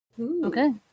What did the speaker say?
Okay